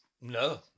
No